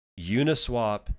Uniswap